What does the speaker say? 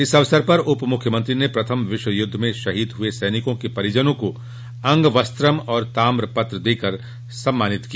इस अवसर पर उप मुख्यमंत्री ने प्रथम विश्व युद्ध में शहीद सैनिकों के परिजनों को अंगवस्त्रम् और तामपत्र देकर सम्मानित किया